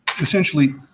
essentially